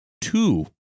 two